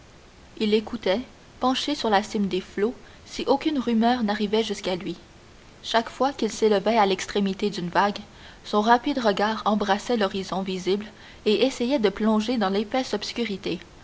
il écoutait penché sur la cime des flots si aucune rumeur n'arrivait jusque lui chaque fois qu'il s'élevait à l'extrémité d'une vague son rapide regard embrassait l'horizon visible et essayait de plonger dans l'épaisse obscurité